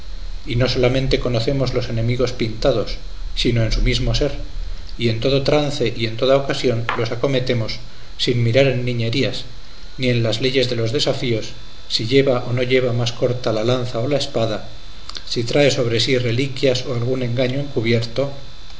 y no solamente conocemos los enemigos pintados sino en su mismo ser y en todo trance y en toda ocasión los acometemos sin mirar en niñerías ni en las leyes de los desafíos si lleva o no lleva más corta la lanza o la espada si trae sobre sí reliquias o algún engaño encubierto